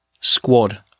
squad